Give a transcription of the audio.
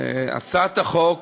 הצעת החוק